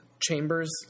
chambers